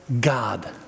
God